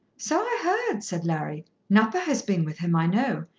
so i heard, said larry. nupper has been with him, i know,